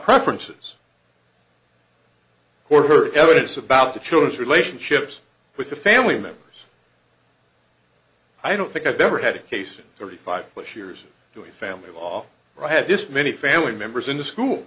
preferences or heard evidence about the children's relationships with the family members i don't think i've ever had a case in thirty five plus years doing family law right had this many family members in the school